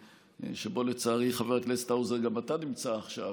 שבה, לצערי, חבר הכנסת האוזר, גם אתה נמצא עכשיו,